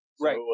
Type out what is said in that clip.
Right